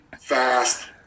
fast